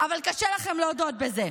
אבל קשה לכן להודות בזה.